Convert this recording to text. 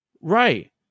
right